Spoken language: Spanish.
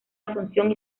asunción